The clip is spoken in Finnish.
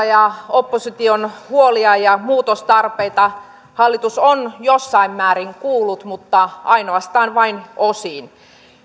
ja opposition huolia ja muutostarpeita hallitus on jossain määrin kuullut mutta ainoastaan vain osin